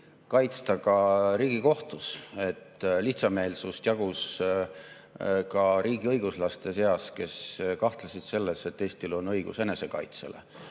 kaitsta ka Riigikohtus, lihtsameelsust jagus ka riigiõiguslaste seas, kes kahtlesid selles, et Eestil on õigus enesekaitsele